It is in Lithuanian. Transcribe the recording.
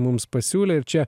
mums pasiūlė ir čia